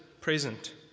present